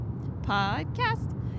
podcast